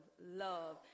love